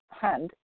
hand